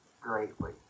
greatly